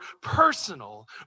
personal